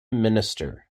minister